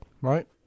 right